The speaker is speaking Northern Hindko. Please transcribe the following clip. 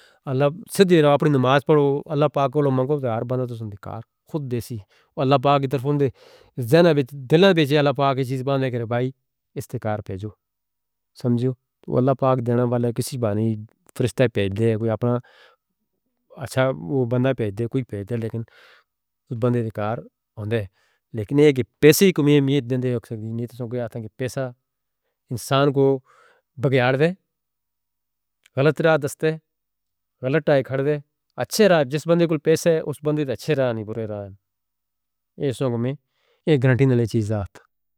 اللہ توں ڈیر نہ کرو، اپنی نماز پڑھو۔ اللہ پاک کو لو منگواؤ، اوہ ہار باندھو سندے کار خود دیسی۔ اللہ پاک ادھر فون دے زینے وچ دلان وچ، اللہ پاک کی چیز باندھے کر بھائی، استقبال کرنے جاؤ۔ سمجھو تو، اللہ پاک دین والا اے، کوئی بانی فرشتہ بھیج دیوے، کوئی اپنا اچھا بندہ بھیج دیوے، کوئی بھیج دیوے، پر بندے دے کار ہوندے نی۔ لیکن ایہ کہ پیسے ہی کم اے، امید دیندے نی؟ نہیں، تساں کوئی آکھو، پیسہ انسان کو بگاڑ دیندا اے۔ غلط راہ تے پچھاڑ دیندا اے۔ غلط راہ تے کھڑا کر دیندا اے۔ اچھے راہ؟ جس بندے کول پیسہ اے، اوہ بندہ اچھے راہ تے نئیں ہوندا، برے راہ تے ہوندا اے۔ ایہ سنو غمی دی گارنٹی نالے چیز دی۔